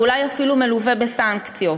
ואולי אפילו מלווה בסנקציות,